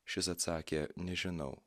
šis atsakė nežinau